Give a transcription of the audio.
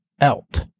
out